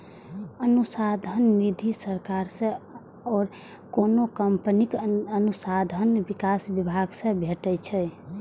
अनुसंधान निधि सरकार सं आ कोनो कंपनीक अनुसंधान विकास विभाग सं भेटै छै